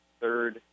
third